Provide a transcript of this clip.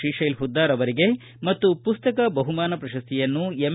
ಶ್ರೀಶೈಲ್ ಪುದ್ದಾರ ಅವರಿಗೆ ಮತ್ತು ಪುಸ್ತಕ ಬಹುಮಾನ ಪ್ರಶಸ್ತಿಯನ್ನು ಎಮ್